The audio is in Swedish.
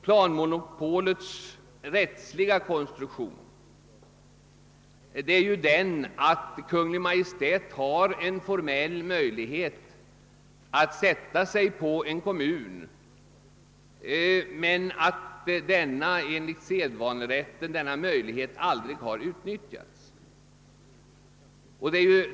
Planmonopolets rättsliga konstruktion är den, att Kungl. Maj:t har formell möjlighet att »sätta sig» på en kommun, men att denna möjlighet enligt sedvanerätten aldrig har utnyttjats.